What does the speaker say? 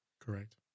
Correct